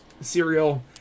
cereal